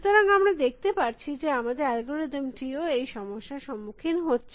সুতরাং আমরা দেখতে পারছি যে আমাদের অ্যালগরিদম টিও এই সমস্যার সম্মুখীন হচ্ছে